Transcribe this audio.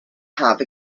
have